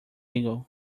illegal